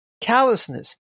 callousness